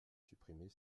supprimer